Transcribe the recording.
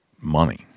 money